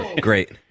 Great